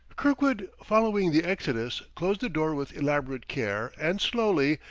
kirkwood, following the exodus, closed the door with elaborate care and slowly,